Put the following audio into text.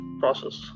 process